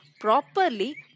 properly